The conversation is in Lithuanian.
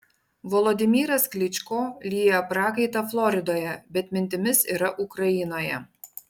volodymyras klyčko lieja prakaitą floridoje bet mintimis yra ukrainoje